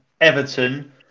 Everton